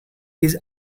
his